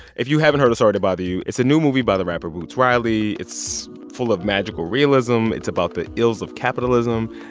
if you haven't heard of sorry to bother you, it's a new movie by the rapper boots riley. it's full of magical realism. it's about the ills of capitalism.